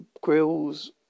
Grills